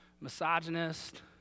misogynist